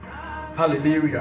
Hallelujah